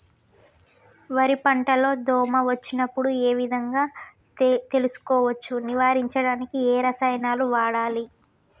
వరి పంట లో దోమ వచ్చినప్పుడు ఏ విధంగా తెలుసుకోవచ్చు? నివారించడానికి ఏ రసాయనాలు వాడాలి?